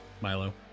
Milo